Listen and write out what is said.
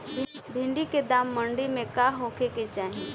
भिन्डी के दाम मंडी मे का होखे के चाही?